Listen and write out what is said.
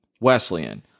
Wesleyan